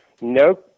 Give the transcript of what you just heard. no